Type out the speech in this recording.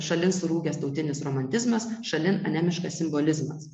šalin surūgęs tautinis romantizmas šalin anemiškas simbolizmas